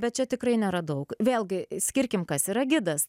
bet čia tikrai nėra daug vėlgi skirkim kas yra gidas